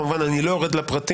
כמובן אני לא יורד לפרטים,